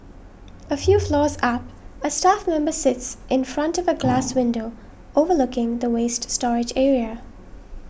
a few floors up a staff member sits in front of a glass window overlooking the waste storage area